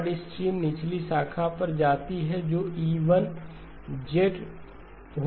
odd stream निचली शाखा पर जाती है जो E1 होगी